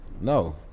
No